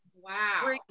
wow